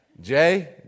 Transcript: Jay